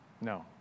No